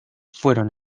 fueron